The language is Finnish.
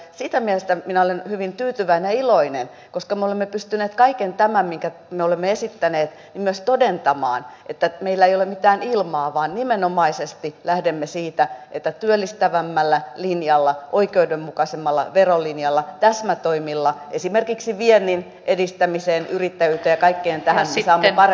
siinä mielessä minä olen hyvin tyytyväinen ja iloinen koska me olemme pystyneet kaiken tämän osalta minkä me olemme esittäneet myös todentamaan että meillä ei ole mitään ilmaa vaan nimenomaisesti lähdemme siitä että työllistävämmällä linjalla oikeudenmukaisemmalla verolinjalla täsmätoimilla esimerkiksi viennin edistämiseen yrittäjyyteen ja kaikkeen tähän me saamme paremman talouskasvun aikaan